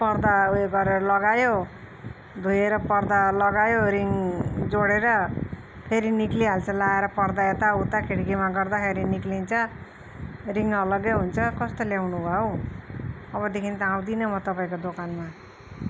पर्दा उयो गरेर लगायो धुएर पर्दा लगायो रिङ जोडेर फेरि निक्लिहाल्छ लाएर पर्दा यताउता खिडकीमा गर्दाखेरि निक्लिन्छ रिङ अलग्गै हुन्छ कस्तो ल्याउनु भयो हौ अबदेखि त आउँदिनँ म तपाईँको दोकानमा